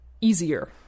easier